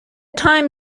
time